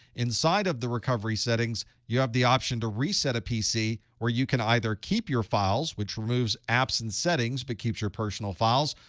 inside of the recovery settings, you have the option to reset a pc where you can either keep your files, which removes apps and settings but keeps your personal files,